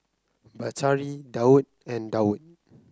Batari Daud and Daud